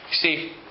see